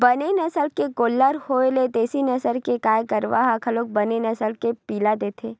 बने नसल के गोल्लर होय ले देसी नसल के गाय गरु ह घलोक बने नसल के पिला देथे